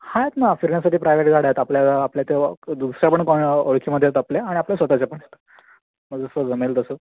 आहेत ना फिरण्यासाठी प्रायवेट गाड्या आहेत आपल्या आपल्या त्या दुसऱ्या पण कोण ओळखीमधे आहेत आणि आपल्या स्वतःच्या पण आहेत मग जसं जमेल तसं